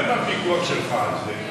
מה עם הפיקוח שלך?